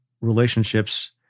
relationships